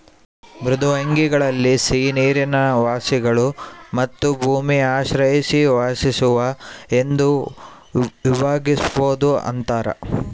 ಮೃದ್ವಂಗ್ವಿಗಳಲ್ಲಿ ಸಿಹಿನೀರಿನ ವಾಸಿಗಳು ಮತ್ತು ಭೂಮಿ ಆಶ್ರಯಿಸಿ ವಾಸಿಸುವ ಎಂದು ವಿಭಾಗಿಸ್ಬೋದು ಅಂತಾರ